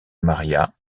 maria